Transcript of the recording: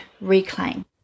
reclaim